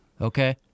Okay